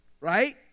right